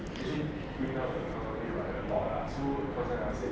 also bring out the economy right a lot lah so present I would say that